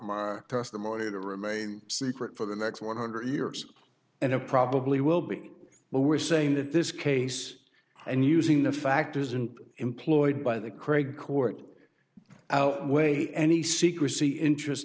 my testimony to remain secret for the next one hundred years and it probably will be but we're saying that this case and using the factors and employed by the craig court outweigh any secrecy interest